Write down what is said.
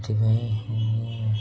ଏଥିପାଇଁ